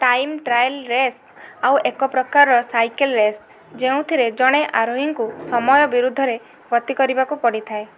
time trial race ଆଉ ଏକ ପ୍ରକାରର ସାଇକେଲ୍ ରେସ୍ ଯେଉଁଥରେ ଜଣେ ଆରୋହୀଙ୍କୁ ସମୟ ବିରୁଦ୍ଧରେ ଗତିକରିବାକୁ ପଡ଼ିଥାଏ